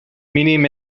mínim